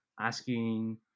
asking